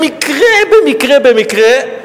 במקרה במקרה במקרה,